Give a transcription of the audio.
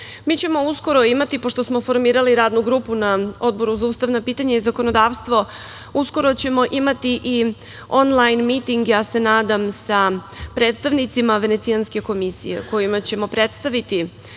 ćemo uskoro imati, pošto smo formirali Radnu grupu na Odboru za ustavna pitanja i zakonodavstvo, i onlajn miting, ja se nadam, sa predstavnicima Venecijanske komisije, kojima ćemo predstaviti